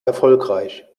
erfolgreich